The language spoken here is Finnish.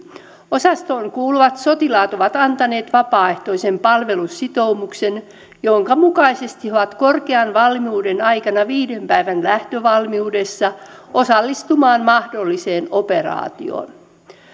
osastoon kuuluvat sotilaat ovat antaneet vapaaehtoisen palvelussitoumuksen jonka mukaisesti he ovat korkean valmiuden aikana viiden päivän lähtövalmiudessa osallistumaan mahdolliseen operaatioon